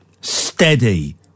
steady